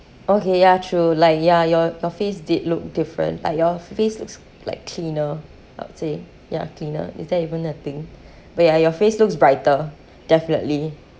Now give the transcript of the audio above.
okay ya true like ya yo~ your face did look different like your face looks like cleaner I'd say ya cleaner is that even a thing wait ah your face looks brighter definitely